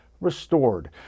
restored